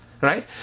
right